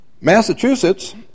Massachusetts